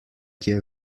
kje